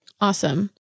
Awesome